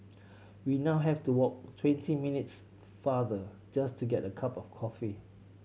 we now have to walk twenty minutes farther just to get a cup of coffee